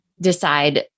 decide